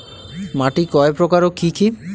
মাটি কয় প্রকার ও কি কি?